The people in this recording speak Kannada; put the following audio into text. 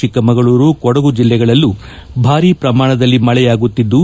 ಚಿಕ್ಕಮಗಳೂರು ಕೊಡಗು ಜಿಲ್ಲೆಗಳಲ್ಲೂ ಭಾರೀ ಪ್ರಮಾಣದಲ್ಲಿ ಮಳೆಯಾಗುತ್ತಿದ್ದು